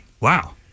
wow